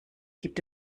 gibt